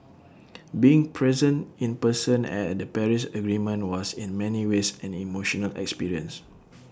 being present in person at the Paris agreement was in many ways an emotional experience